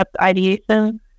ideation